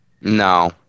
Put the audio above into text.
No